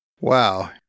Wow